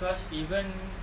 cause even